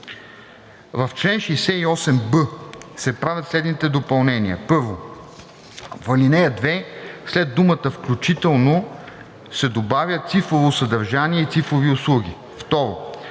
В чл. 68б се правят следните допълнения: 1. В ал. 2 след думата „включително“ се добавя „цифрово съдържание и цифрови услуги“. 2.